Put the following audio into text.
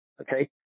okay